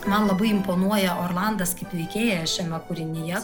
man labai imponuoja orlandas kaip veikėjas šiame kūrinyje